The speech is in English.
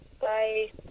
Bye